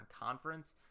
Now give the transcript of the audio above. Conference